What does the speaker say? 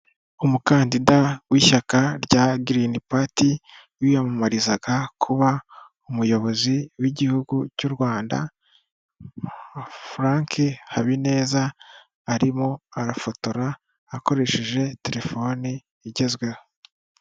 Umukandida w'ishyaka rya green party wiyamamarizaga kuba umuyobozi w'igihugu cy'uRwanda, frank HABINEZA arimo arafotora akoresheje telefoni igezweho.